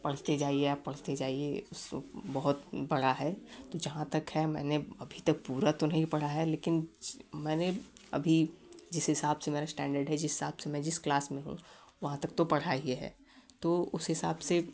पढ़ते जाइए आप पढ़ते जाइए बहुत बड़ा है तो जहाँ तक है मैंने अभी तक पूरा तो नहीं पढ़ा है लेकिन मैंने अभी जिस हिसाब से मैंने एसटेंडर्ड है जिस हिसाब से मैं जिस क्लास में हूँ वहाँ तक तो पढ़ा ही है तो उस हिसाब से